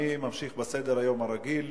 אני ממשיך בסדר-היום הרגיל.